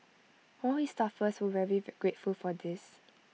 all his staffers were very grateful for this